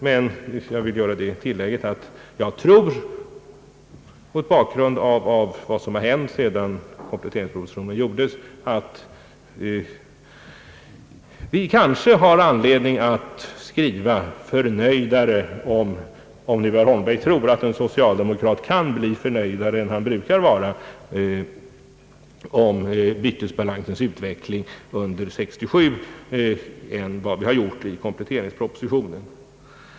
Men jag vill göra det tillägget, att jag mot bakgrund av vad som hänt sedan kompletteringspropositionen gjordes tror att vi kanske har anledning att skriva förnöjdare — om nu herr Holmberg tror att en socialdemokrat kan bli förnöjdare än han brukar vara — om bytesbalansens utveckling 1967, än vad vi har gjort i kompletteringspropositionen.